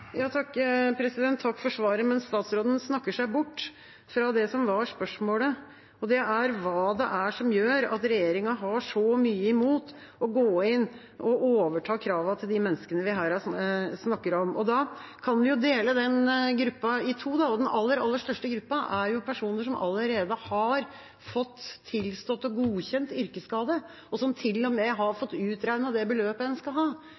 Takk for svaret, men statsråden snakker seg bort fra det som var spørsmålet. Det er hva det er som gjør at regjeringa har så mye imot å gå inn og overta kravene til de menneskene vi her snakker om. Vi kan jo dele den gruppa i to, og den aller, aller største gruppa er personer som allerede har fått godkjent en yrkesskade, og som til og med har fått utregnet det beløpet de skal ha.